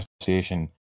association